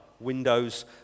windows